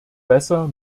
besser